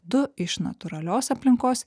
du iš natūralios aplinkos